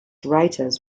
writers